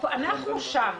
אנחנו שם